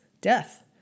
death